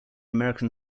american